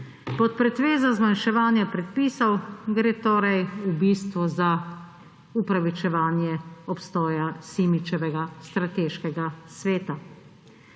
Pod pretvezo zmanjševanja predpisov gre torej v bistvu za upravičevanje obstoja Simičevega strateškega sveta.